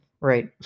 Right